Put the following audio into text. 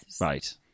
Right